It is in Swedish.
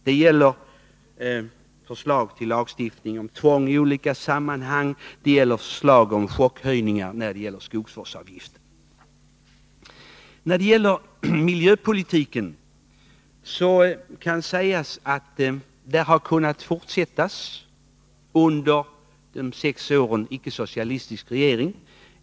Det gäller förslag till lagstiftning om tvång i olika sammanhang, det gäller förslag om chockhöjningar av skogsvårdsavgiften. Beträffande miljöpolitiken kan sägas att den har kunnat fortsättas under de sex år vi haft en icke-socialistisk regering.